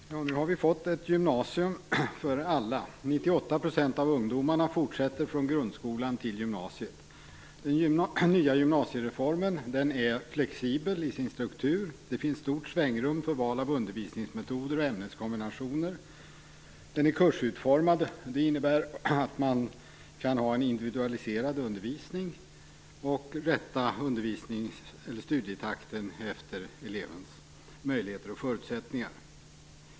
Herr talman! Nu har vi fått ett gymnasium för alla. 98 % av ungdomarna fortsätter från grundskolan till gymnasiet. Den nya gymnasiereformen är flexibel i sin struktur. Det finns stort svängrum för val av undervisningsmetoder och ämneskombinationer. Den är kursutformad, vilket innebär att man kan ha en individualiserad undervisning och rätta studietakten efter elevens möjligheter och förutsättningar.